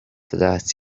that